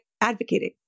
advocating